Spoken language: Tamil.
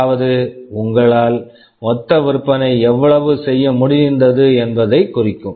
அதாவது உங்களால் மொத்த விற்பனை எவ்வளவு செய்ய முடிந்தது என்பதைக் குறிக்கும்